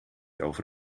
over